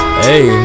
hey